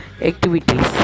activities